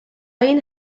این